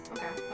Okay